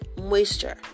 moisture